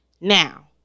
Now